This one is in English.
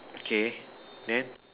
okay then